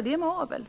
på det med avel?